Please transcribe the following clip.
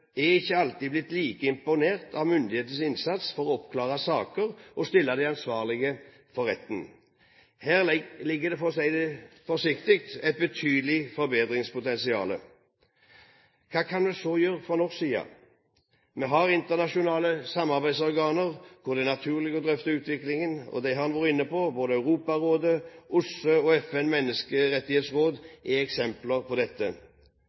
er ikke alltid blitt like imponert av myndighetenes innsats for å oppklare saker og stille de ansvarlige for retten. Her ligger det – for å si det forsiktig – et betydelig forbedringspotensial. Hva kan vi så gjøre fra norsk side? Vi har internasjonale samarbeidsorganer hvor det er naturlig å drøfte utviklingen. Det har en vært inne på. Både Europarådet, OSSE og FNs menneskerettighetsråd er eksempler på dette.